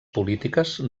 polítiques